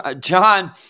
john